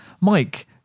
mike